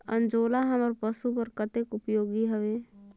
अंजोला हमर पशु बर कतेक उपयोगी हवे?